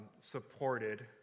supported